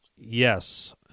Yes